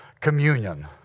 Communion